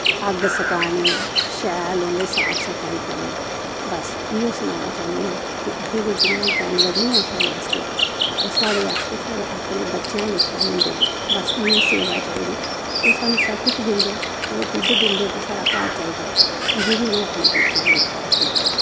अग्ग सकानी शैल उंदा साफ सफाई करनी बस इयो सनाना चाह्न्नी आं कि अस बी जियां जानवर नी ऐ साढ़े आस्तै ओह् साढ़े आस्तै साढ़े अपने बच्चेआं आह्ला लेक्खा ई होंदे नै बस इंदी सेवा चाही दी ते ओह् स्हानू सब कुछ दिंदे ओह् दुध्द दिंदे ते साढ़ा घर चलदा अस बी उनेंई अपने बच्चेंआ आह्ला लेक्खा रक्खने आं